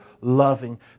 loving